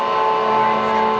oh